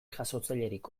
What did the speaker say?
jasotzailerik